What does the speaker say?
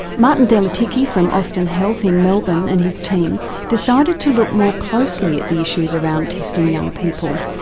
martin delatycki from austin health in melbourne, and his team decided to look more closely at the issues around testing young people.